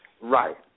Right